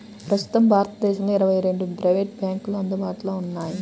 ప్రస్తుతం భారతదేశంలో ఇరవై రెండు ప్రైవేట్ బ్యాంకులు అందుబాటులో ఉన్నాయి